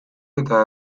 eta